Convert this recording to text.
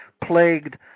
plagued